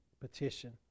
petition